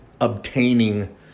obtaining